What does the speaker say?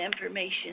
information